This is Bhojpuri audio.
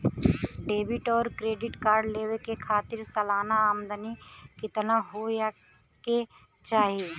डेबिट और क्रेडिट कार्ड लेवे के खातिर सलाना आमदनी कितना हो ये के चाही?